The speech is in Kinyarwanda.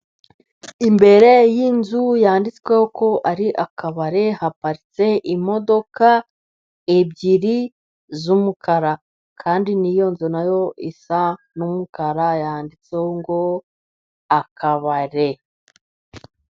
Imbere y’inzu yanditsweho ko ari akabari, haparitse imodoka ebyiri z’umukara. Kandi n’iyo nzu na yo isa n’umukara, yanditseho ngo "Akabare."